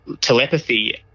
telepathy